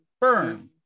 burn